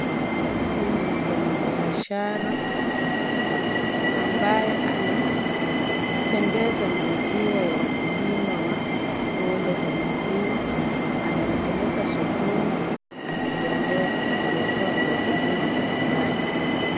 Huyu ni mfanyibiashara ambaye anatembeza maziwa ya wakulima wa ng'ombe za maziwa. Anayapeleka sokoni, akiyatoa kwa wakulima mbalimbali.